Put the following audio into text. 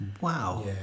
wow